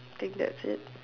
think that's it